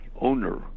owner